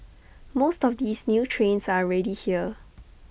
most of these new trains are already here